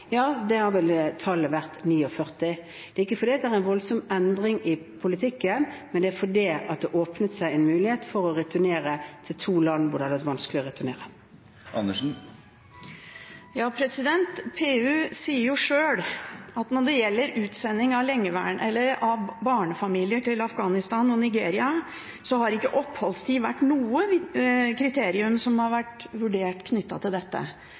vært 49. Det er ikke fordi det er en voldsom endring i politikken, men fordi det åpnet seg en mulighet for å returnere til to land hvor det har vært vanskelig å returnere til. PU sier sjøl at når det gjelder utsending av barnefamilier til Afghanistan og Nigeria, har ikke oppholdstid vært noe kriterium som har vært vurdert knyttet til dette.